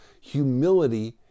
humility